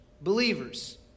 believers